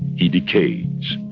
he decays